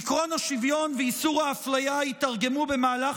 עקרון השוויון ואיסור האפליה היתרגמו במהלך